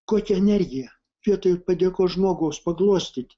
kokia energija vietoj padėkos žmogaus paglostyti